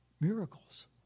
miracles